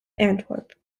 antwerp